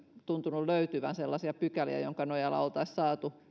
tuntunut löytyvän sellaisia pykäliä edes valmiuslaista joidenka nojalla oltaisiin saatu